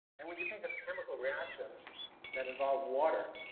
and when you think of chemical reactions that involve water,